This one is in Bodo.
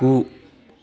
गु